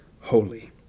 holy